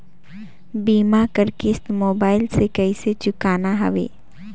बीमा कर किस्त मोबाइल से कइसे चुकाना हवे